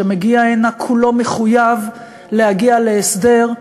שמגיע הנה כולו מחויב להגיע להסדר.